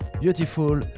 beautiful